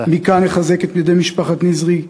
מכאן אחזק את ידי משפחת ניזרי.